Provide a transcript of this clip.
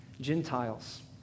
Gentiles